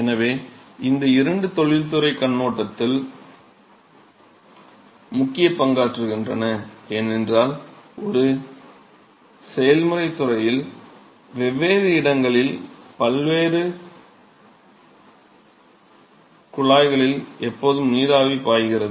எனவே இந்த இரண்டும் தொழில்துறைக் கண்ணோட்டத்தில் முக்கியப் பங்காற்றுகின்றன ஏனென்றால் ஒரு செயல்முறைத் துறையில் வெவ்வேறு இடங்களில் மற்றும் வெவ்வேறு குழாய்களில் எப்போதும் நீராவி பாய்கிறது